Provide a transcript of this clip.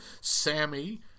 Sammy